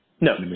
No